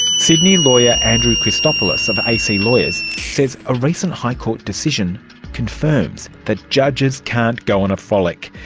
sydney lawyer andrew christopoulos of ac lawyers says a recent high court decision confirms that judges can't go on a frolic.